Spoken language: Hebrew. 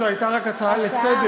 זו הייתה רק הצעה לסדר-היום,